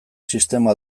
sistema